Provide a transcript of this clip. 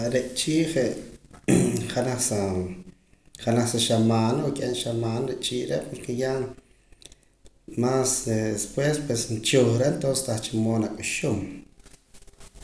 Re' chi je' janaj sa janaj sa xamana o ka'ab' xamana re' chi re' porque ya más después pues nchujra entonces tah cha mood nak'uxum.